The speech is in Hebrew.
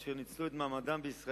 אשר ניצלו את מעמדם בישראל,